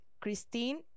Christine